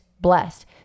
blessed